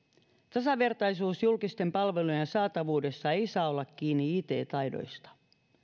tasavertaisuus julkisten palveluiden saatavuudessa ei saa olla kiinni it taidoista